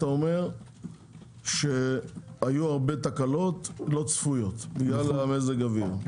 אתה אומר שהיו הרבה תקלות לא צפויות בגלל מזג האוויר.